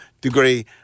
degree